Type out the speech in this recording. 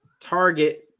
target